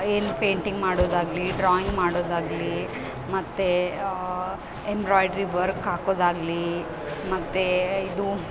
ಏನು ಪೇಂಟಿಂಗ್ ಮಾಡೋದಾಗಲಿ ಡ್ರಾಯಿಂಗ್ ಮಾಡೋದಾಗಲಿ ಮತ್ತು ಎಂಬ್ರಾಯ್ಡ್ರಿ ವರ್ಕ್ ಹಾಕೋದಾಗ್ಲಿ ಮತ್ತು ಇದು